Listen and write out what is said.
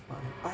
five I